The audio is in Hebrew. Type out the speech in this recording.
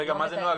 רגע, מה זה נוהג?